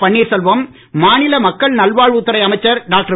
பன்னீர் செல்வம் மாநில மக்கள் நல்வாழ்வுத்துறை அமைச்சர் டாக்டர்